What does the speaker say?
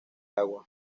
agua